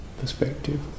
perspective